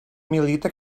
milita